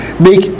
make